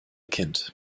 kind